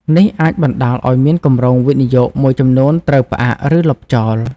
នេះអាចបណ្ដាលឲ្យគម្រោងវិនិយោគមួយចំនួនត្រូវផ្អាក ឬលុបចោល។